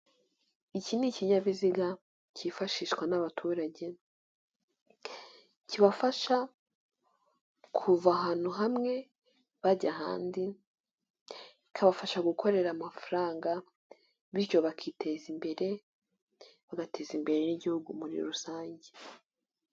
Iki ni ikinyabiziga cyifashishwa n'abaturage, kibafasha kuva ahantu hamwe bajya ahandi, kikabafasha gukorera amafaranga, bityo bakiteza imbere, bagateza imbere n'igihugu muri rusange.